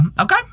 okay